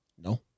No